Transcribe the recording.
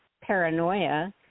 paranoia